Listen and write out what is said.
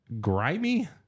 Grimy